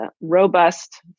robust